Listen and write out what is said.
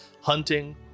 hunting